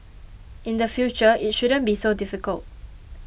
in the future it shouldn't be so difficult